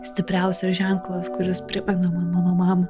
stipriausias ženklas kuris primena man mano mamą